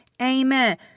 Amen